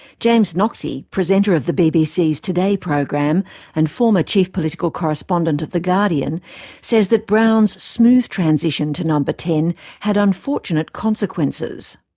james naughtie, presenter of the bbc's today program and former chief political correspondent of the guardian says that brown's smooth transition to no. but ten had unfortunate consequences.